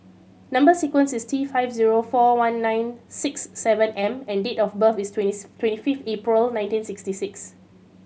number sequence is T five zero four one nine six seven M and date of birth is twenty twenty fifth April nineteen sixty six